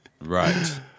right